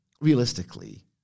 realistically